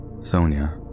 Sonia